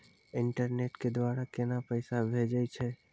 Internet के द्वारा केना पैसा भेजय छै?